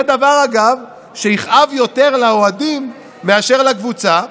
אגב, זה דבר שיכאב יותר לאוהדים מאשר לקבוצה.